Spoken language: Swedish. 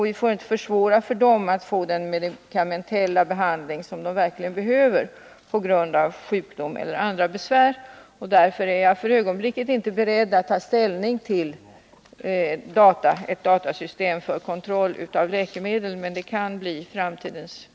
Vi får inte försvåra för dem att få den medikamentbehandling som de verkligen behöver på grund av sjukdom eller andra besvär. Därför är jag för ögonblicket inte beredd att ta ställning till ett datasystem för kontroll av läkemedel, men det kan bli framtidens modell.